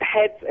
heads